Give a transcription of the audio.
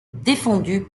défendue